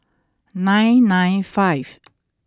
nine nine five